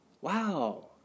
Wow